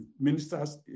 ministers